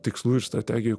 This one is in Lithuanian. tikslų ir strategijų